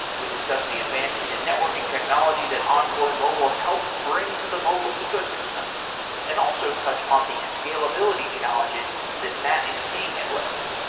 we discussed in advances in networking technology that envoy mobile helps bring to the mobile ecosystem and also touch on the scalability challenges that matt is seeing at lyft.